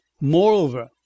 Moreover